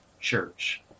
church